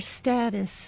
status